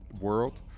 world